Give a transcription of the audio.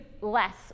less